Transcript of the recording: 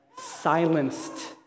silenced